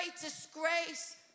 disgrace